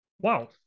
Wow